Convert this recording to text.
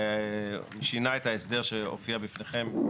הוא שינה את ההסדר שמופיע בפניכם.